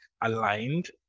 aligned